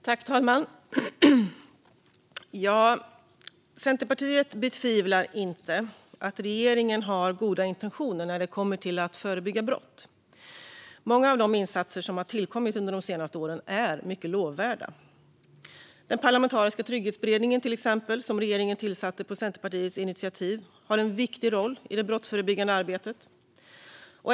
Herr talman! Centerpartiet betvivlar inte att regeringen har goda intentioner när det kommer till att förebygga brott. Många av de insatser som har tillkommit under de senaste åren är mycket lovvärda. Till exempel den parlamentariska trygghetsberedningen, som regeringen tillsatte på Centerpartiets initiativ, har en viktig roll i det brottsförebyggande arbetet.